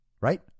right